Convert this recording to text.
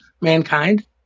mankind